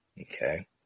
Okay